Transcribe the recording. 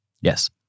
Yes